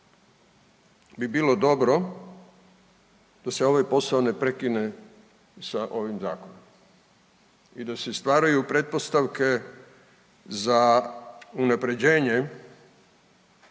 bi bilo dobro da se ovaj posao ne prekine sa ovim Zakonom i da se stvaraju pretpostavke za unaprjeđenje